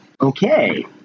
okay